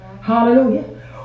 Hallelujah